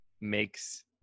makes